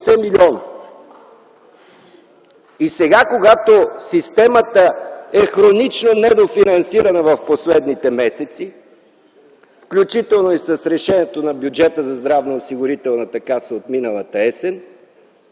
И сега, когато системата е хронично недофинансирана – в последните месеци, включително с решението за бюджета на Здравноосигурителната каса от миналата есен,